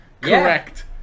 correct